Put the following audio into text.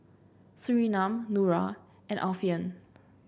Surinam Nura and Alfian